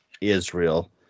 Israel